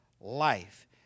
life